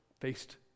faced